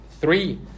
three